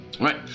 Right